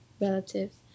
relatives